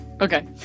Okay